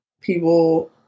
people